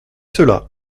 cela